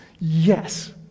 Yes